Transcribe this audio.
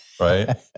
right